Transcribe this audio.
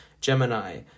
Gemini